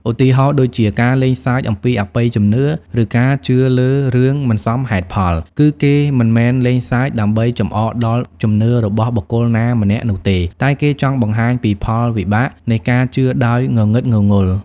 ឧទាហរណ៍ដូចជា ការលេងសើចអំពីអបិយជំនឿ ឬការជឿលើរឿងមិនសមហេតុផល គឺគេមិនមែនលេងសើច ដើម្បីចំអកដល់ជំនឿរបស់បុគ្គលណាម្នាក់នោះទេ តែគេចង់បង្ហាញពីផលវិបាកនៃការជឿដោយងងឹតងងល់។